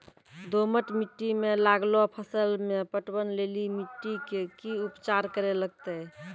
दोमट मिट्टी मे लागलो फसल मे पटवन लेली मिट्टी के की उपचार करे लगते?